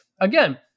again